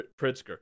Pritzker